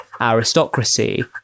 aristocracy